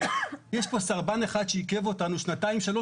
'יש פה סרבן אחד שעיכב אותנו שנתיים שלוש,